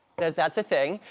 that's that's a thing,